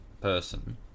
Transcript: person